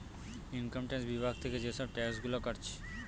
income tax বিভাগ থিকে এসব ট্যাক্স গুলা কাটছে